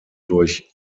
durch